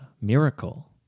miracle